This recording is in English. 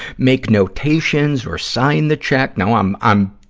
make notations or sign the check. now i'm, i'm,